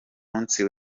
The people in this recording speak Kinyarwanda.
munsi